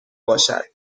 باشد